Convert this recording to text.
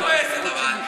למה היא כועסת, אבל?